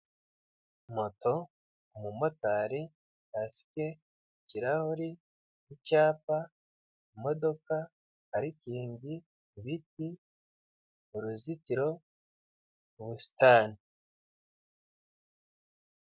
Moto, umumotari, kasike, ikirahure, icyapa, imodoka, parikingi, ibiti, uruzitiro, ubusitani.